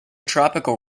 tropical